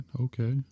okay